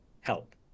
help